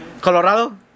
Colorado